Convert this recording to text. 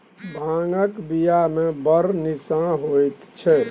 भांगक बियामे बड़ निशा होएत छै